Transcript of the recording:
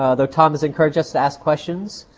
ah though tom has encouraged us to ask questions.